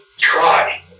try